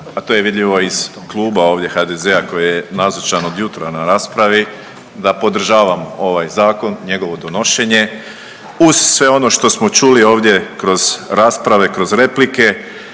a to je vidljivo iz kluba ovdje HDZ-a koji je nazočan od jutra na raspravi da podržavam ovaj zakon, njegovo donošenje uz sve ono što smo čuli ovdje kroz rasprave, kroz replike